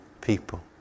people